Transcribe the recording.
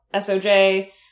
SOJ